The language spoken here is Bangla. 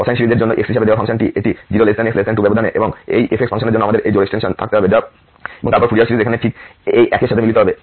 কোসাইন সিরিজের জন্য x হিসাবে দেওয়া ফাংশন এটি 0 x 2 ব্যবধানে এবং এই f ফাংশনের জন্য আমাদের এই জোড় এক্সটেনশন থাকতে হবে এবং তারপর ফুরিয়ার সিরিজ এখানে ঠিক এই একের সাথে মিলিত হবে